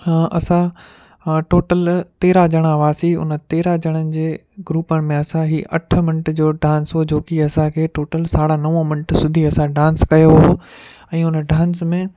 हा असां हं टोटल तेरहां ॼणा हुआसीं उन तेरहां ॼणनि जे ग्रूप में असां ही अठ मिंट जो डांस हो जो की असांखे टोटल साढा नव मिंट सूधी असां डांस कयो हो ऐं उन डांस में